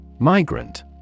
Migrant